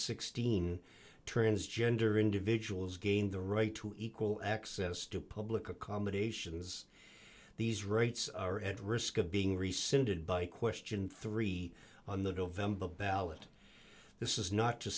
sixteen transgender individuals gain the right to equal access to public accommodations these rights are at risk of being rescinded by question three on the ballot this is not to